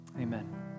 Amen